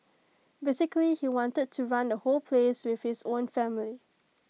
basically he wanted to run the whole place with his own family